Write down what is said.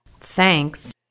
Thanks